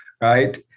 Right